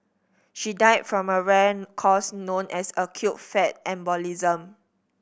she died from a rare cause known as acute fat embolism